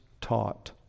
taught